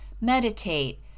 meditate